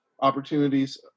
opportunities